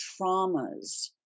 traumas